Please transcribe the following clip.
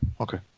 okay